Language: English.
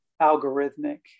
algorithmic